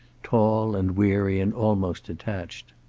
tall and weary and almost detached.